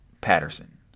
patterson